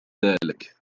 ذلك